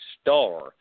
star –